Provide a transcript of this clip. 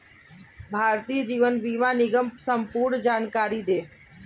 भारतीय जीवन बीमा निगम की संपूर्ण जानकारी दें?